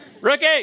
Rookie